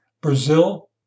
Brazil